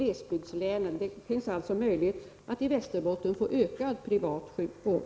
Det finns alltså möjlighet att i Västerbotten få ökad privat sjukvård.